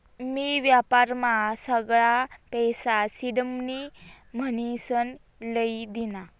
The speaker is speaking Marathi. मी व्यापारमा सगळा पैसा सिडमनी म्हनीसन लई दीना